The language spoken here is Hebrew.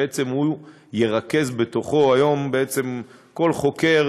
היום כל חוקר,